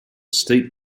steep